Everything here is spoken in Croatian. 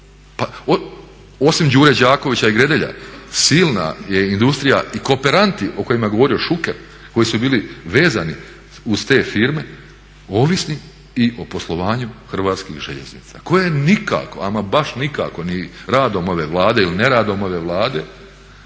Osim Đure Đakovića i Gredelja silna je industrija i kooperanti o kojima je govorio Šuker koji su bili vezani uz te firme ovisni i o poslovanju Hrvatskih željeznica koje nikako, ama baš nikako ni radom ove Vlade ili neradom ove Vlade